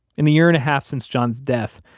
in the year and a half since john's death,